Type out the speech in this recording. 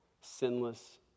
sinless